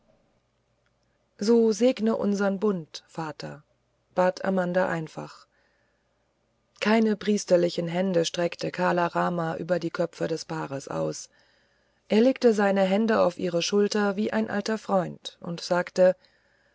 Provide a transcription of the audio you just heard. so segne du unseren bund vater bat amanda einfach keine priesterlichen hände streckte kala rama über die köpfe des paares aus er legte seine hände auf ihre schulter wie ein alter freund und sagte